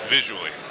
Visually